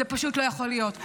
זה פשוט לא יכול להיות.